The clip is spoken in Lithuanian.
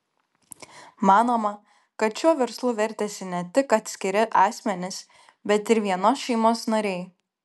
manoma kad šiuo verslu vertėsi ne tik atskiri asmenys bet ir vienos šeimos nariai